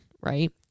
Right